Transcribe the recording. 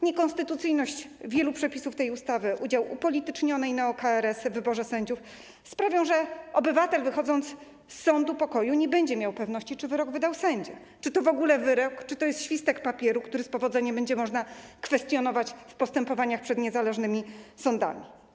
Niekonstytucyjność wielu przepisów tej ustawy i udział upolitycznionej neo-KRS w wyborze sędziów sprawią, że obywatel, wychodząc z sądu pokoju, nie będzie miał pewności, czy wyrok wydał sędzia, czy to w ogóle wyrok, czy to jest świstek papieru, który z powodzeniem będzie można kwestionować w postępowaniach przed niezależnymi sądami.